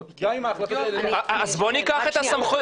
גם אם ההחלטות האלה --- אז בוא ניקח את הסמכויות